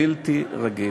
בלתי רגיל.